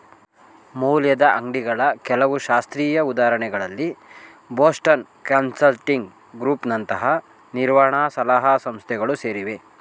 ಮೌಲ್ಯದ ಅಂಗ್ಡಿಗಳ ಕೆಲವು ಶಾಸ್ತ್ರೀಯ ಉದಾಹರಣೆಗಳಲ್ಲಿ ಬೋಸ್ಟನ್ ಕನ್ಸಲ್ಟಿಂಗ್ ಗ್ರೂಪ್ ನಂತಹ ನಿರ್ವಹಣ ಸಲಹಾ ಸಂಸ್ಥೆಗಳು ಸೇರಿವೆ